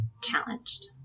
challenged